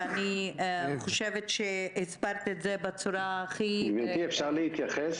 ואני חושבת שהסברת את זה בצורה הכי ברורה.